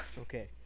Okay